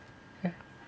ya